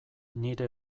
nire